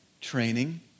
training